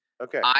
Okay